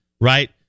Right